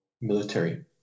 military